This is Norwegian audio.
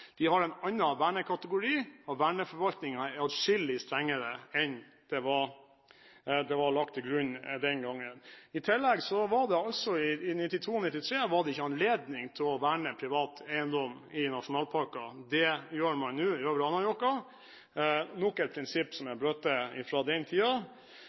de har en annen vernekategori, og verneforvaltningen er atskillig strengere enn det som ble lagt til grunn den gangen. I tillegg var det i 1992–1993 ikke anledning til å verne privat eiendom i nasjonalparker. Det gjør man nå i Øvre Anárjohka – nok et prinsipp som er brutt fra den